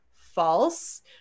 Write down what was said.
false